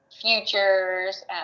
futures